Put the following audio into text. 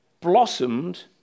blossomed